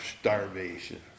starvation